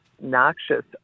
noxious